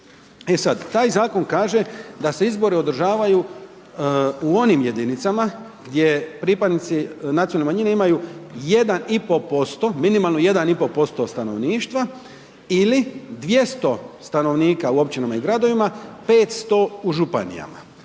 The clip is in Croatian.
taj zakon kaže da se izbori održavaju u onim jedinicama gdje pripadnici nacionalne manjine imaju 1,5%, minimalno 1,5% stanovništva ili 200 stanovnika u općinama i gradovima, 500 u županijama,